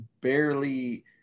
barely